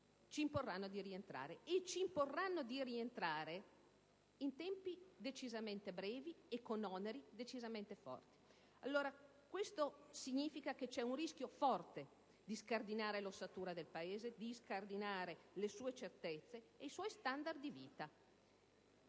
ci imporranno di rientrare e lo faranno in tempi decisamente brevi e con oneri decisamente forti. Questo allora significa che c'è un rischio forte di scardinare l'ossatura del Paese, le sue certezze e i suoi standard di vita.